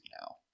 now